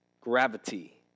gravity